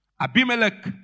Abimelech